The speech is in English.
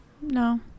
No